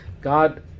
God